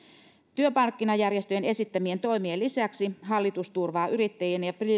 työmarkkinajärjestöjen esittämien toimien lisäksi hallitus turvaa yrittäjien ja